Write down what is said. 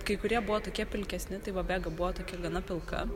kai kurie buvo tokie pilkesni tai va vega buvo tokia gana pilka